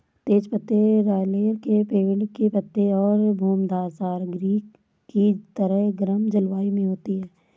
तेज पत्ते लॉरेल के पेड़ के पत्ते हैं भूमध्यसागरीय की तरह गर्म जलवायु में होती है